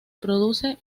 produce